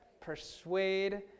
Persuade